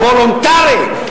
וולונטרי.